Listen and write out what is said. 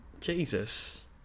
Jesus